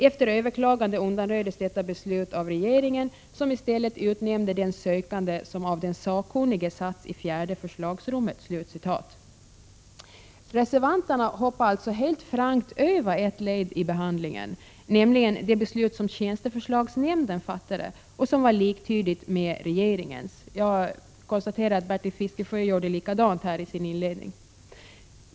Efter överklagande undanröjdes detta beslut av regeringen som i stället utnämnde den sökande som av den sakkunnige satts i fjärde förslagsrummet.” Reservanterna hoppar alltså helt frankt över ett led i behandlingen, nämligen det beslut som tjänsteförslagsnämnden fattade och som är liktydligt med regeringens. Jag konstaterar också att Bertil Fiskesjö gjorde likadant i sitt inlednings anförande.